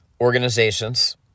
organizations